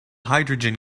hydrogen